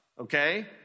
okay